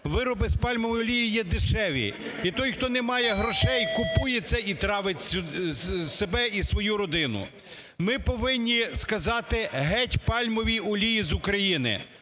вироби з пальмової олії є дешеві. І той, хто не має грошей, купує це і травить себе і свою родину. Ми повинні сказати, геть пальмовій олії з України.